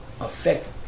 affect